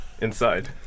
inside